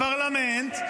לפרלמנט.